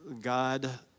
God